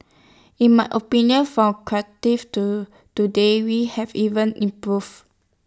in my opinion from Cardiff to today we have even improved